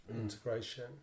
integration